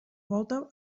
volta